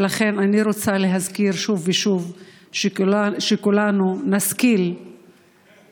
לכן אני רוצה להזכיר שוב ושוב שכולנו נשכיל להגיד